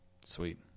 Sweet